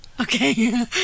Okay